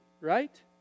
Right